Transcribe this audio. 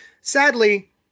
Sadly